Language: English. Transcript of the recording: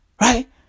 Right